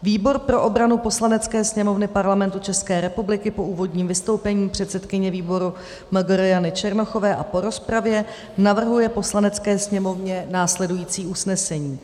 Výbor pro obranu Poslanecké sněmovny Parlamentu České republiky po úvodním vystoupení předsedkyně výboru Mgr. Jany Černochové a po rozpravě navrhuje Poslanecké sněmovně následující usnesení: